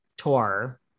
tour